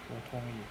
我同意